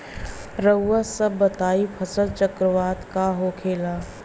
रउआ सभ बताई फसल चक्रवात का होखेला?